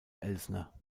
elsner